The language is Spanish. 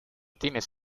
tienes